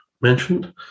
mentioned